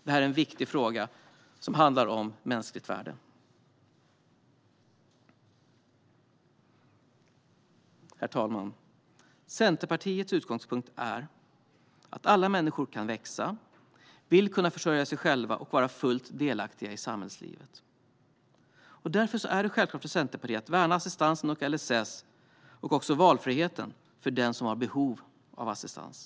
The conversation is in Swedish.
Det är en viktig fråga som handlar om mänskligt värde. Herr talman! Centerpartiets utgångspunkt är att alla människor kan växa, vill försörja sig själva och vara fullt delaktiga i samhällslivet. Därför är det självklart för Centerpartiet att värna assistansen och LSS samt valfriheten för den som har behov av assistans.